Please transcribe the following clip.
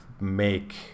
make